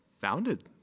founded